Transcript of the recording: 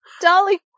Dolly